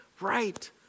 right